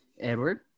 Edward